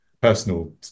personal